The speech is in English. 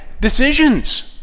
decisions